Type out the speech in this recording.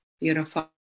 Beautiful